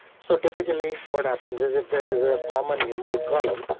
so typically what happens is if there is a common numeric column,